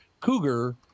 cougar